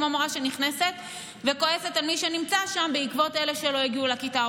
כמו מורה שנכנסת וכועסת על מי שנמצא שם בעקבות אלה שלא הגיעו לכיתה,